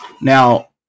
Now